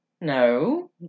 No